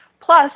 Plus